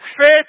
faith